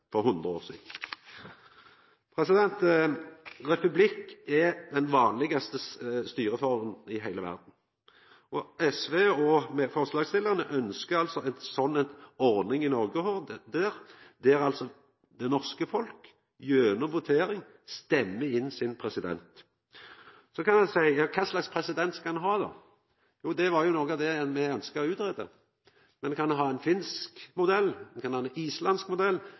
for hundre år sidan. Republikk er den vanlegaste styreforma i heile verda. SV og medforslagsstillarane ønskjer ei sånn ordning i Noreg òg, der det norske folk gjennom votering stemmer inn sin president. Så kan ein seia: Kva slags president skal ein ha? Det er jo noko av det me ønskjer å utgreia. Ein kan ha ein finsk modell, ein kan ha ein islandsk modell,